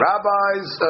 Rabbis